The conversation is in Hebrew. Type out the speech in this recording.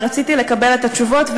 ורציתי לקבל את התשובות,